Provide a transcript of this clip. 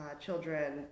children